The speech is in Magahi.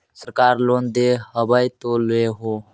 सरकार लोन दे हबै तो ले हो?